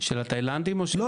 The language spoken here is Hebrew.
בכלל.